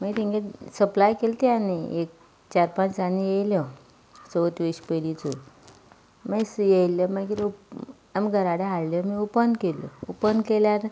मागीर तांची सप्लाय केली ती आनी एक चार पांच दिसांनी आयल्यो चवथ येवचे पयलींच मागीर आयल्यो मागीर आमी घरा कडेन हाडल्यो आनी ऑपन केल्यो ऑपन केल्यार